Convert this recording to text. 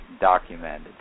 documented